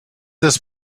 this